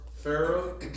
Pharaoh